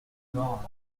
onze